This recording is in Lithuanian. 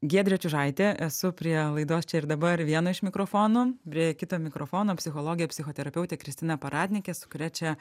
giedrė čiužaitė esu prie laidos čia ir dabar vieno iš mikrofonų prie kito mikrofono psichologė psichoterapeutė kristina paradnikė su kuria čia